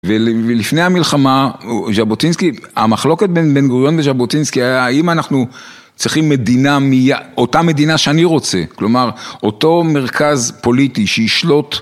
ולפני המלחמה, ז'בוטינסקי, המחלוקת בין בן גוריון וז'בוטינסקי היה האם אנחנו צריכים מדינה. אותה מדינה שאני רוצה, כלומר אותו מרכז פוליטי שישלוט